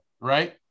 right